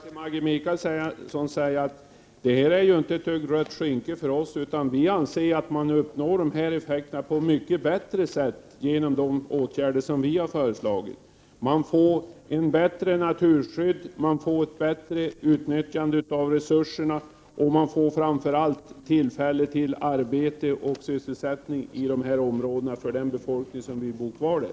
Herr talman! Jag vill bara till Maggi Mikaelsson säga att ordet naturvårdsgräns inte är ett rött skynke för oss. Vi anser att man uppnår de begärda effekterna på ett mycket bättre sätt genom de åtgärder vi har föreslagit. Man får ett bättre naturskydd, man får ett bättre utnyttjande av resurserna, och man får framför allt tillfälle till arbete och sysselsättning i dessa områden för den befolkning som vill bo kvar där.